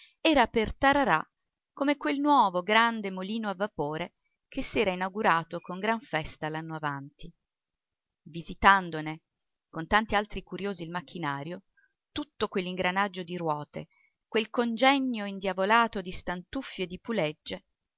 era per tararà come quel nuovo grande molino a vapore che s'era inaugurato con gran festa l'anno avanti visitandone con tanti altri curiosi il macchinario tutto quell'ingranaggio di ruote quel congegno indiavolato di stantuffi e di pulegge